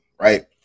right